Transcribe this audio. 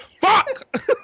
Fuck